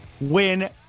win